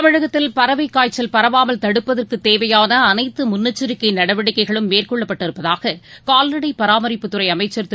தமிழகத்தில் பறவைக் காய்ச்சல் பரவாமல் தடுப்பதற்கு தேவையான அனைத்து முன்ளெச்சரிக்கை நடவடிக்கைகளும் மேற்கொள்ளப்பட்டு இருப்பதாக கால்நடை பராமரிப்புத்துறை அமைச்சர் திரு